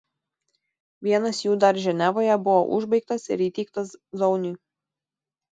vienas jų dar ženevoje buvo užbaigtas ir įteiktas zauniui